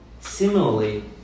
Similarly